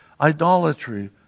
idolatry